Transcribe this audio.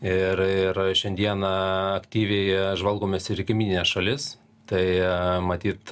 ir ir šiandieną aktyviai žvalgomės ir į kaimynines šalis tai matyt